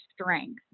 strength